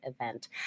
event